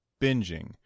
binging